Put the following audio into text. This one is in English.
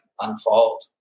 unfold